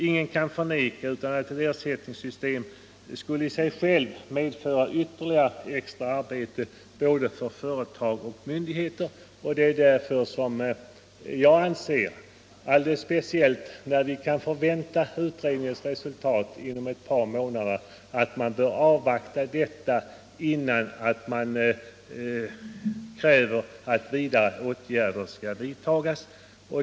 Ingen kan förneka att ett ersättningssystem i sig självt skulle medföra ytterligare arbete för både företag och myndigheter. Därför anser jag att man bör avvakta utredningens resultat — speciellt när det kan väntas föreligga inom ett par månader — innan man kräver att ytterligare åtgärder skall vidtas.